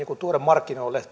tuoda markkinoille